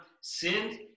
sinned